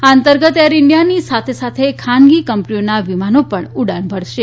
આ અંતર્ગત એર ઇન્ડિયાની સાથે સાથે ખાનગી કંપનીઓના વિમાનો પણ ઉડાન ભરશે